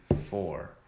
four